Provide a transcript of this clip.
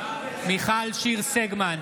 מיכל שיר סגמן,